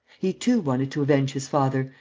he too wanted to avenge his father